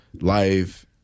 life